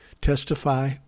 testify